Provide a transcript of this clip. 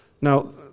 Now